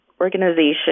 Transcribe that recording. organization